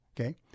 okay